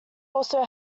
also